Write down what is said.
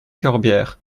corbière